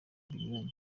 binyuranye